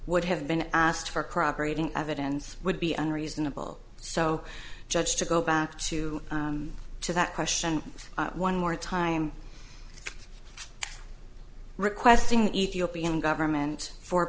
would have been asked for crop grading evidence would be unreasonable so judge to go back to to that question one more time requesting the ethiopian government for